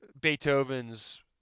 Beethoven's